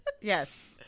yes